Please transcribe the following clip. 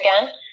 again